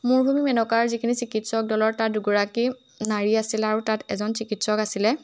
মৰুভূমি মেনকাৰ যিখিনি চিকিৎসক দলৰ তাত দুগৰাকী নাৰী আছিলে আৰু তাত এজন চিকিৎসক আছিলে